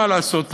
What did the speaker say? מה לעשות,